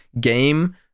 game